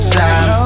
time